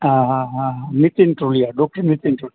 હાં હાં હાં હાં નીતિન ટોળીયા ડોકટર નીતિન ટોળ